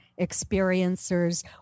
experiencers